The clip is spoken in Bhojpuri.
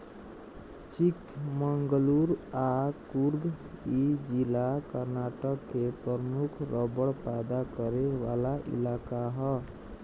चिकमंगलूर आ कुर्ग इ जिला कर्नाटक के प्रमुख रबड़ पैदा करे वाला इलाका ह